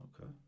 Okay